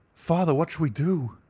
father, what shall we do?